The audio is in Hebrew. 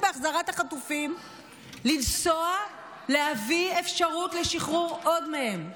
בהחזרת החטופים לנסוע להביא אפשרות לשחרור עוד מהם?